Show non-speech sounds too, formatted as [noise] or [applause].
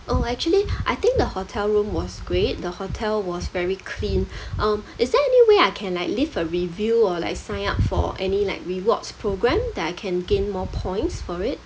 oh actually [breath] I think the hotel room was great the hotel was very clean [breath] um is there any way I can like leave a review or like sign up for any like rewards program that I can gain more points for it